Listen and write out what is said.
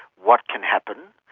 what can happen,